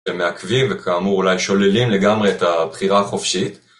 הם מעכבים וכאמור אולי שוללים לגמרי את הבחירה החופשית